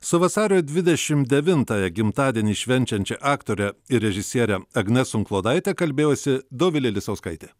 su vasario dvidešim devintąją gimtadienį švenčiančia aktore ir režisiere agne sunklodaite kalbėjosi dovilė lisauskaitė